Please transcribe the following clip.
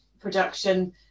production